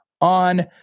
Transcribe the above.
on